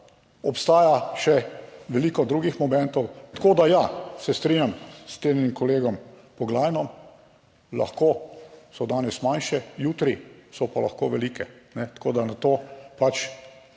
obstaja še veliko drugih momentov. Tako da ja, se strinjam s cenjenim kolegom Poglajnom, lahko so danes manjše, jutri so pa lahko velike, tako da na to pač